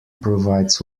provides